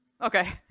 Okay